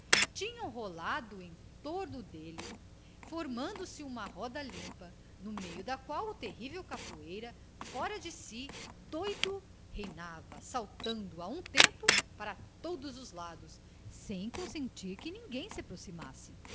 tinham rolado em torno dele formando se uma roda limpa no meio da qual o terrível capoeira fora de si doido reinava saltando a um tempo para todos os lados sem consentir que ninguém se aproximasse